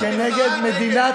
נו,